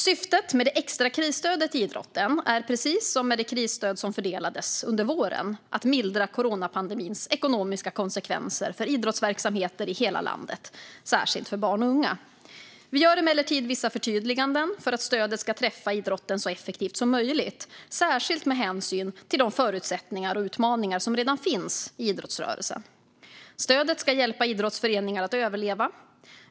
Syftet med det extra krisstödet till idrotten är, precis som med det krisstöd som fördelades under våren, att mildra coronapandemins ekonomiska konsekvenser för idrottsverksamheter i hela landet, särskilt för barn och unga. Vi gör emellertid vissa förtydliganden för att stödet ska träffa idrotten så effektivt som möjligt, särskilt med hänsyn till de förutsättningar och utmaningar som redan finns i idrottsrörelsen. Stödet ska hjälpa idrottsföreningar att överleva.